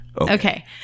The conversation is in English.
Okay